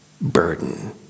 burden